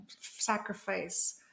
sacrifice